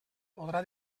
podrà